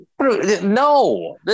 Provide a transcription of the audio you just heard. No